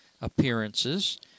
appearances